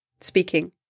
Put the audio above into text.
speaking